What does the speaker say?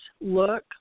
look